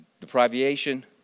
deprivation